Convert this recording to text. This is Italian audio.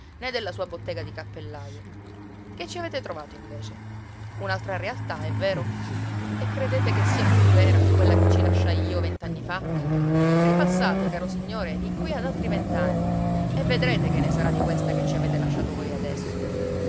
né della sua bottega di cappellajo che ci avete trovato invece un'altra realtà è vero e credete che sia più vera di quella che ci lasciai io vent'anni fa ripassate caro signore di qui ad altri vent'anni e vedrete che ne sarà di questa che ci avete lasciato voi adesso